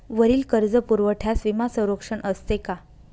वरील कर्जपुरवठ्यास विमा संरक्षण असते का?